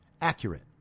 accurate